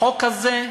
החוק הזה,